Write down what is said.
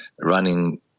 running